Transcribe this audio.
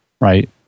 right